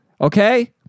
Okay